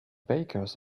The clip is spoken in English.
bakers